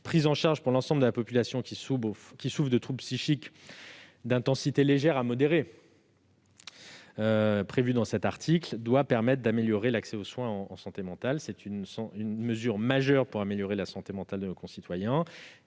prise en charge de séances pour l'ensemble de la population souffrant de troubles psychiques- d'intensité légère à modérée -doit permettre d'améliorer l'accès aux soins en santé mentale. Il s'agit d'une mesure majeure pour améliorer la santé mentale de nos concitoyens.